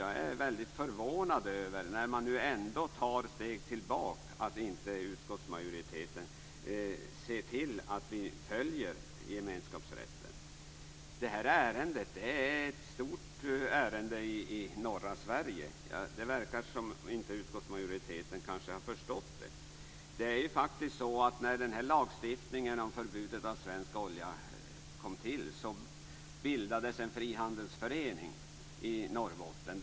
Jag är mycket förvånad över att utskottsmajoriteten när man nu ändå tar steg tillbaka inte ser till att vi följer gemenskapsrätten. Det här ärendet är ett stort ärende i norra Sverige. Det verkar som om utskottsmajoriteten inte har förstått det. När lagstiftningen om förbudet mot finsk olja kom till bildades faktiskt en frihandelsförening i Norrbotten.